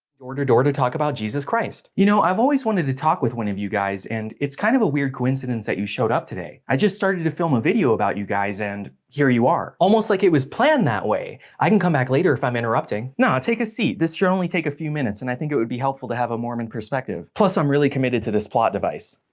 door to door to talk about jesus christ. you know i've always wanted to talk with one of you guys, and it's kind of a weird coincidence that you showed up today, i just started to film a video about you guys and here you are. almost like it was planned that way! i can come back later if i'm interrupting. nah, take a seat, this should only take a few minutes and i think it would be helpful to have a mormon perspective. plus, i'm really committed to this plot device.